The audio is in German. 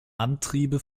antriebe